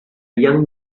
young